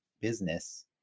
business